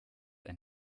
ein